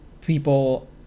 people